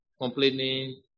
completing